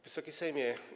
Wysoki Sejmie!